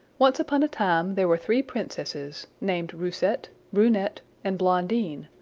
once upon a time there were three princesses, named roussette, brunette, and blondine,